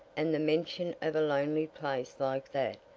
and the mention of a lonely place like that,